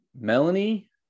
Melanie